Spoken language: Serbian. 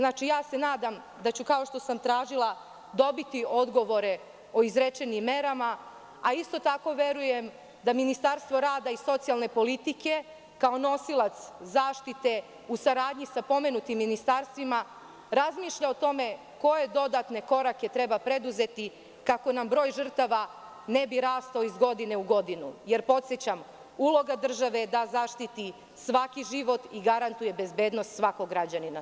Nadam se da ću kao što sam tražila dobiti odgovore o izrečenim merama, a isto tako verujem da Ministarstvo rada i socijalne politike kao nosilac zaštite u saradnji sa pomenutim ministarstvima razmišlja o tome koje dodatne korake treba preduzeti kako nam broj žrtava ne bi rastao iz godine u godinu, jer, podsećam, uloga države je da zaštiti svaki život i garantuje bezbednost svakog građanina.